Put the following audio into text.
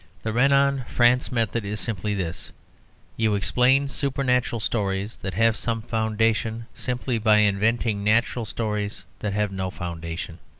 the renan-france method is simply this you explain supernatural stories that have some foundation simply by inventing natural stories that have no foundation.